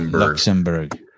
Luxembourg